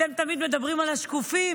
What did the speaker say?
אתם תמיד מדברים על השקופים,